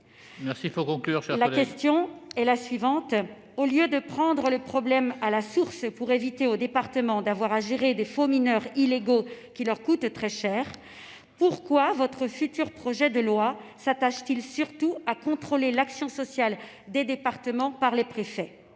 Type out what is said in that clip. Ma question est la suivante : au lieu de prendre le problème à la source, pour éviter aux départements d'avoir à gérer des faux mineurs illégaux qui leur coûtent très cher, pourquoi votre futur projet de loi s'attache-t-il surtout à contrôler l'action sociale des départements par les préfets ?